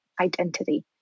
identity